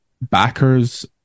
backers